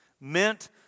meant